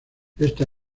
esta